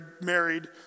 married